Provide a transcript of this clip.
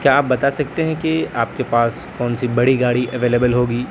کیا آپ بتا سکتے ہیں کہ آپ کے پاس کون سی بڑی گاڑی اویلیبل ہوگی